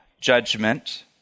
judgment